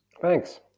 Thanks